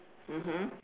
mmhmm